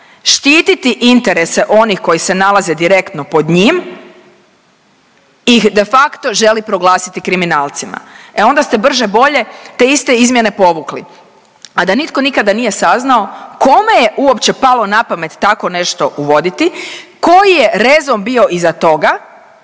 štititi interese onih koji se nalaze direktno pod njim, ih de facto želi proglasiti kriminalcima. E onda ste brže bolje te iste izmjene povukli, a da nitko nikada nije saznao kome je uopće palo na pamet tako nešto uvoditi, koji je rezon bio iza toga